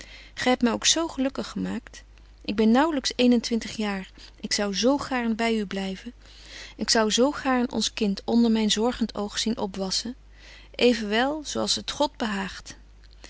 gy hebt my ook zo gelukkig gemaakt ik ben naauwlyks eenentwintig jaar ik zou zo gaarn by u blyven ik zou zo gaarn ons kind onder myn zorgent oog zien opwassen evenwel zo als t god behaagt